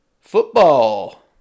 Football